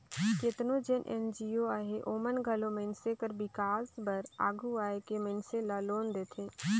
केतनो जेन एन.जी.ओ अहें ओमन घलो मइनसे कर बिकास बर आघु आए के मइनसे ल लोन देथे